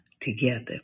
together